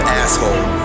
asshole